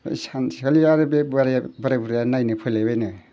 सानसेखालि आरो बे बोराया बोराय बुरैया नायनो फैलायबायनो